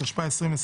התשפ"א 2021